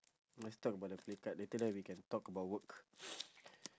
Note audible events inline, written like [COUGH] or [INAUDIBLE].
must talk about the play card later then we can talk about work [NOISE]